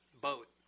boat